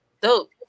dope